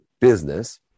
business